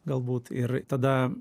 galbūt ir tada